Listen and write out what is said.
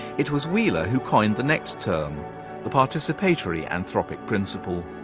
it was wheeler who coined the next term the participatory anthropic principle.